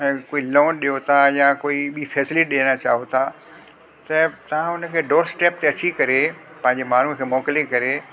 कोई लोन ॾियो ता या कोई ॿी फैसिलिटी ॾियण चाहियो था त तव्हां उन खे डोरस्टैप ते अची करे पंहिंजे माण्हू खे मोकिले करे